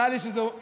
מטפורה, מטפורי.